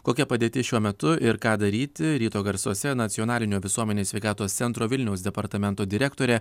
kokia padėtis šiuo metu ir ką daryti ryto garsuose nacionalinio visuomenės sveikatos centro vilniaus departamento direktorė